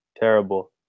Terrible